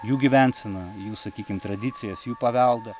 jų gyvenseną sakykim tradicijas jų paveldą